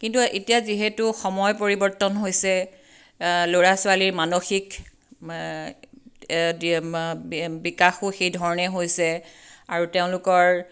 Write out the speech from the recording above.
কিন্তু এতিয়া যিহেতু সময় পৰিৱৰ্তন হৈছে ল'ৰা ছোৱালীৰ মানসিক বিকাশো সেইধৰণেই হৈছে আৰু তেওঁলোকৰ